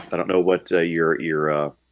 i don't know what your your ah